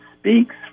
speaks